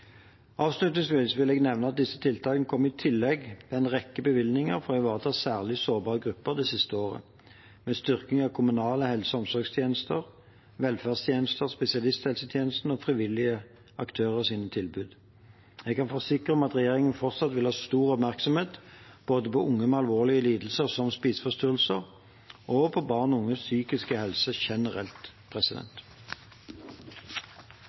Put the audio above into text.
Avslutningsvis vil jeg nevne at disse tiltakene kommer i tillegg til en rekke bevilgninger for å ivareta særlig sårbare grupper det siste året, med styrking av kommunale helse- og omsorgstjenester, velferdstjenester, spesialisthelsetjenesten og frivillige aktørers tilbud. Jeg kan forsikre om at regjeringen fortsatt vil ha stor oppmerksomhet både på unge med alvorlige lidelser som spiseforstyrrelser, og på barn og unges psykiske helse generelt.